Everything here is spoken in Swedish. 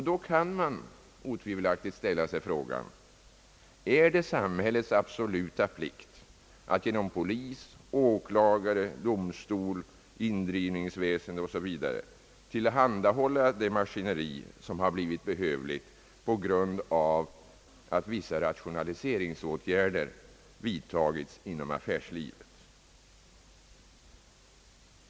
Då kan man otvivelaktigt ställa sig frågan: Är det samhällets absoluta plikt att genom polis, åklagare, domstol, indrivningsväsende o. s. v. tillhandahålla det maskineri, som blivit behövligt på grund av att vissa rationaliseringsåtgärder vidtagits inom affärslivet?